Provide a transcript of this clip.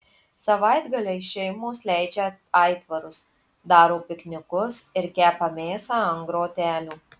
savaitgaliais šeimos leidžia aitvarus daro piknikus ir kepa mėsą ant grotelių